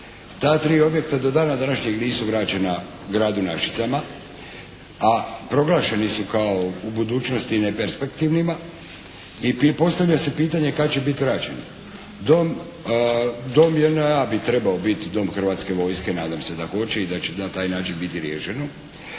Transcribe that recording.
Ta tri objekta do dana današnjeg nisu vraćena gradu Našicama a proglašeni su kao u budućnosti neperspektivnima i postavlja se pitanje kada će biti vraćeno. Dom JNA bi trebao biti Dom hrvatske vojske, nadam se da hoće i da će na taj način biti riješeno.